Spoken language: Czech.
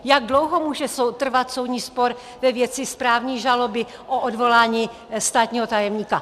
Jak dlouho může trvat soudní spor ve věci správní žaloby o odvolání státního tajemníka?